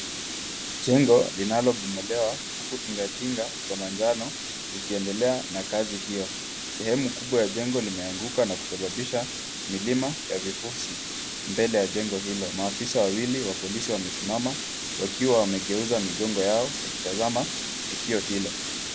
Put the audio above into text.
Jengo linalobomolewa huku tingatinga za manjano zikiendelea na kazi hiyo. Sehemu kubwa ya jengo limeanguka na kusababisha milima ya vifusi mbele ya jengo hilo. Maafisa wawili wa polisi wamesimama wakiwa wamegeuza migongo yao wakitazama tukio hilo.